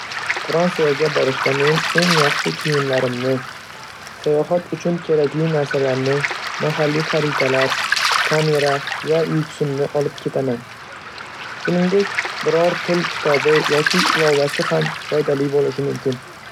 Frantsiyaga borishda, men eng yaxshi kiyimlarimni, sayohat uchun kerakli narsalarni, mahalliy xaritalar, kamera va yuksumni olib ketaman. Shuningdek, biror til kitobi yoki ilovasi ham foydali bo'lishi mumkin.